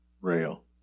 rail